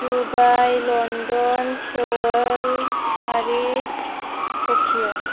Dubai London Seoul Paris Tokyo